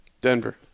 denver